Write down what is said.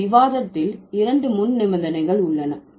நாம் விவாதித்ததில் இரண்டு முன் நிபந்தனைகள் உள்ளன